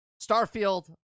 Starfield